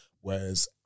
Whereas